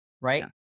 right